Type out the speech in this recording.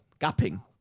gapping